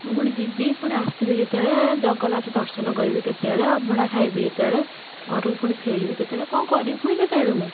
ମୁଁ ପୁଣି ଯିବି ପୁଣି ଆସିବି କେତେବେଳେ ଜଗନ୍ନାଥ ଦର୍ଶନ କରିବି କେତେବେଳେ ଅବଢ଼ା ଖାଇବି କେତେବେଳେ ଘରକୁ ପୁଣି ଫେରିବି କେତେବେଳେ କ'ଣ କରିବି ପୁଣି କେତେବେଳେ ମୁଁ